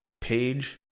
page